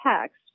text